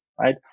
right